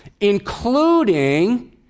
including